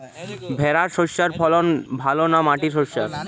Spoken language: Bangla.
ভেরার শশার ফলন ভালো না মাটির শশার?